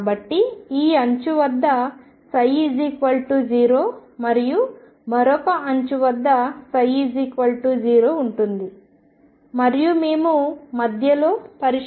కాబట్టి ఈ అంచు వద్ద ψ0 మరియు మరొక అంచు వద్ద ψ0 ఉంటుంది మరియు మేము మధ్యలో పరిష్కారాన్ని నిర్మించాలి